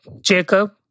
Jacob